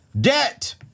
debt